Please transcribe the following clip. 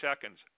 seconds